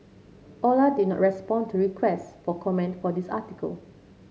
Ola did not respond to request for commented for this article